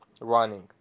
running